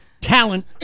talent